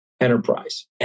enterprise